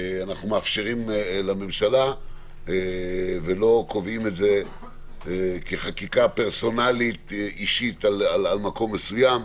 אנו מאפשרים לממשלה ולא קובעים את זה כחקיקה פרסונלית על מקום מסוים.